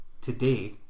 today